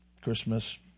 Christmas